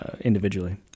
individually